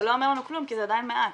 זה לא אומר לנו כלום כי זה עדיין מעט.